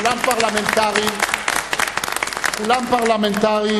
(מחיאות כפיים) כולם פרלמנטרים.